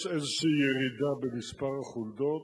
יש ירידה כלשהי במספר החולדות.